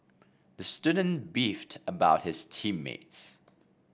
the student beefed about his team mates